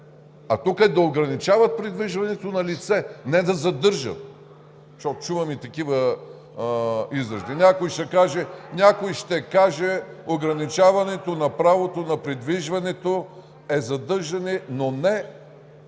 а тук е да ограничават придвижването на лице – не да задържат, защото чувам и такива изрази. Някой ще каже: ограничаването на правото на придвижването е задържане, но не. Такова